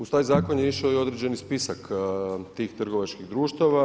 Uz taj zakon je išao i određeni spisak tih trgovačkih društava.